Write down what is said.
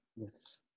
Yes